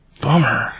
Bummer